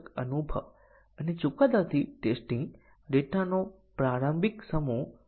હવે 1 0 અહીં છે